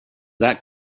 that